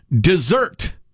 Dessert